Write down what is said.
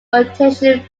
rotation